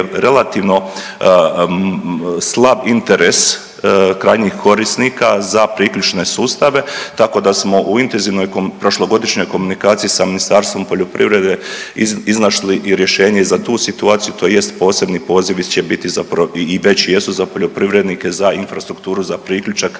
relativno slab interes krajnjih korisnika za priključne sustave. Tako da smo u intenzivnoj prošlogodišnjoj komunikaciji sa Ministarstvom poljoprivrede iznašli i rješenje i za tu situaciju tj. posebni pozivi će biti i već jesu za poljoprivrednike za infrastrukturu za priključak